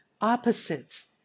Opposites